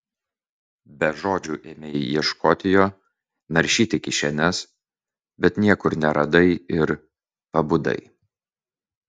be žodžių ėmei ieškoti jo naršyti kišenes bet niekur neradai ir pabudai